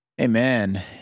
Amen